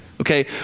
okay